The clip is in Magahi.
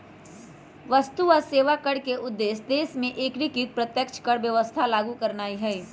वस्तु आऽ सेवा कर के उद्देश्य देश में एकीकृत अप्रत्यक्ष कर व्यवस्था लागू करनाइ हइ